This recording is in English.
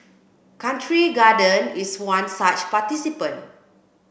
Country Garden is one such participant